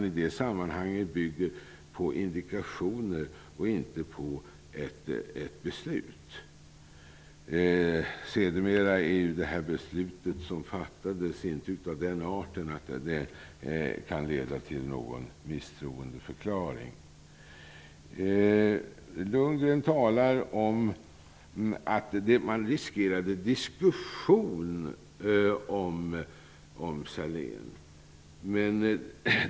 I det sammanhanget bygger man på indikationer och inte på ett beslut. Det beslut som sedermera fattades är inte av den arten att det kan leda till någon misstroendeförklaring. Lundgren talar om att man riskerade diskussion om Sahlén.